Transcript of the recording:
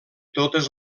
totes